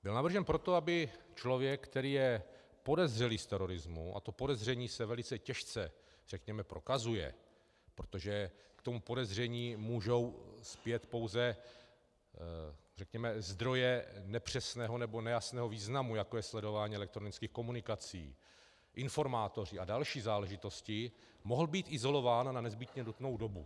Byl navržen proto, aby člověk, který je podezřelý z terorismu, a to podezření se velice těžce řekněme prokazuje, protože k tomu podezření můžou spět pouze řekněme zdroje nepřesného nebo nejasného významu, jako je sledování elektronických komunikací, informátoři a další záležitosti, mohl být izolován na nezbytně nutnou dobu.